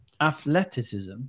athleticism